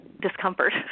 discomfort